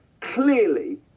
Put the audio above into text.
clearly